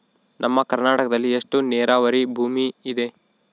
ನಮ್ಮ ಕರ್ನಾಟಕದಲ್ಲಿ ಎಷ್ಟು ನೇರಾವರಿ ಭೂಮಿ ಇದೆ?